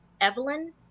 evelyn